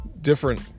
different